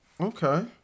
Okay